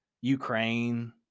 Ukraine